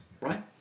right